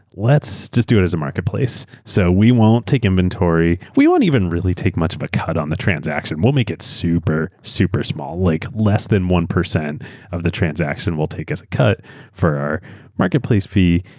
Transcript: let's just do it as a marketplace. so we won't take inventory. we won't even really take much of a cut on the transaction. we'll make it super super small. like less than one percent of the transaction we'll take as a cut for our marketplace fee,